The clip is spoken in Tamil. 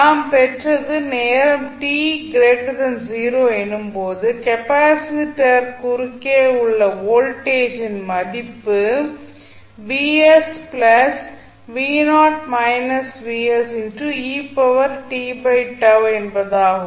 நாம் பெற்றது நேரம் t 0 எனும் போது கெப்பாசிட்டர் குறுக்கே உள்ள வோல்டேஜின் மதிப்பு என்பதாகும்